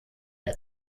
der